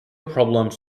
problems